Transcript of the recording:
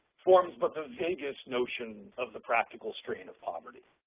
forms but the vaguest notion of the practical strain of poverty.